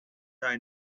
eye